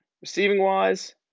Receiving-wise